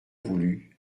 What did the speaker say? voulu